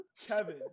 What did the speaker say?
Kevin